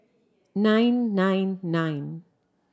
nine nine nine